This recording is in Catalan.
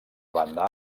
banda